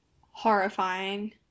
horrifying